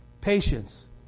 patience